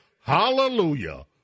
hallelujah